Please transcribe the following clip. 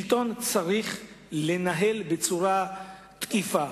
שלטון צריך לנהל בצורה תקיפה.